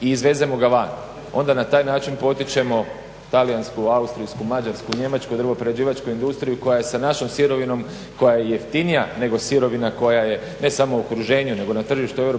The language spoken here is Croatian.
i izvezemo ga van onda na taj način potičemo talijansku, austrijsku, mađarsku, njemačku drvoprerađivačku industriju koja je sa našom sirovinom koja je jeftinija nego sirovina koja je ne samo u okruženju nego na tržištu EU